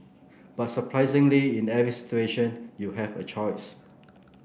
but surprisingly in every situation you have a choice